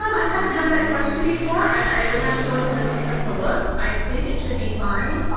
um i haven't had that question before and i would have to go into the system to look i think it should be fine